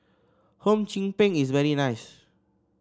Hum Chim Peng is very nice